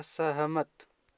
असहमत